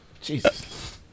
Jesus